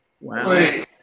Wow